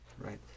right